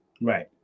right